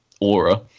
aura